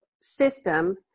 system